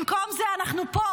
במקום זה אנחנו פה.